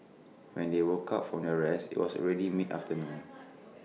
when they woke up from their rest IT was already mid afternoon